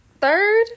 third